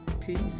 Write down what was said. peace